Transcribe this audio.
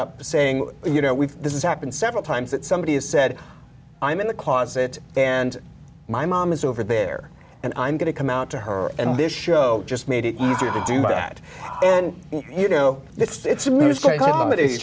up saying you know we've this happened several times that somebody has said i'm in the closet and my mom is over there and i'm going to come out to her and this show just made it easier to do that and you know i